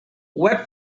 web